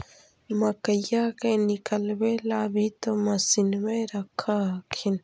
मकईया के निकलबे ला भी तो मसिनबे रख हखिन?